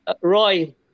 Roy